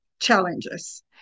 challenges